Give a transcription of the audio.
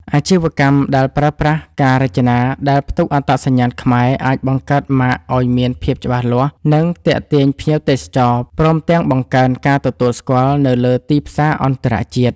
អាជីវកម្មដែលប្រើប្រាស់ការរចនាដែលផ្ទុកអត្តសញ្ញាណខ្មែរអាចបង្កើតម៉ាកឲ្យមានភាពច្បាស់លាស់ និងទាក់ទាញភ្ញៀវទេសចរ ព្រមទាំងបង្កើនការទទួលស្គាល់នៅលើទីផ្សារអន្តរជាតិ។